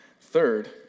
Third